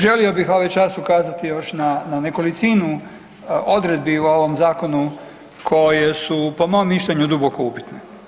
Želio bih ovaj čas ukazati još na nekolicinu odredbi u ovom zakonu koje su po mom mišljenju duboko upitne.